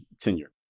tenure